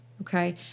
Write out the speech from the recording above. okay